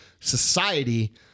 society